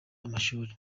amashuri